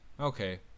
Okay